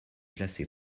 classé